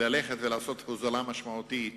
הוזלה משמעותית